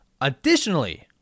Additionally